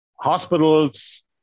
hospitals